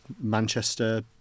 manchester